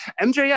MJ